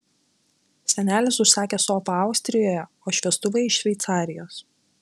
senelis užsakė sofą austrijoje o šviestuvai iš šveicarijos